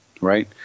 right